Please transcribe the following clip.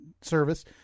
service